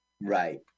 Right